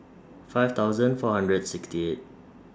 five thousand four hundred sixty eight